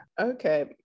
Okay